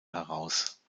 heraus